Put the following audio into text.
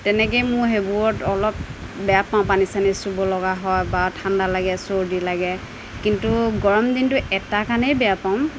তেনেকে মোৰ সেইবোৰত অলপ বেয়া পাওঁ পানী চানি চুব লগা হয় বা ঠাণ্ডা লাগে চৰ্দি লাগে কিন্তু গৰম দিনটো এটা কাৰণেই বেয়া পাওঁ